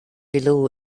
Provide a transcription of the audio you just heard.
below